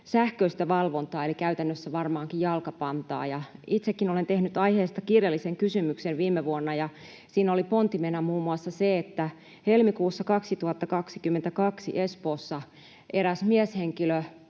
sähköistä valvontaa eli käytännössä varmaankin jalkapantaa. Itsekin olen tehnyt aiheesta kirjallisen kysymyksen viime vuonna, ja siinä oli pontimena muun muassa se, että helmikuussa 2022 Espoossa eräs mieshenkilö